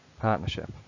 partnership